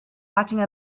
watching